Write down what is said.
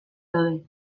daude